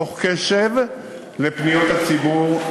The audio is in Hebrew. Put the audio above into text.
תוך קשב לפניות הציבור,